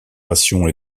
passions